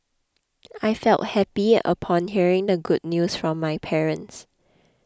I felt happy upon hearing the good news from my parents